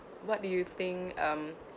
what do you think um